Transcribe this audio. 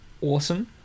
awesome